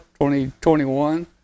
2021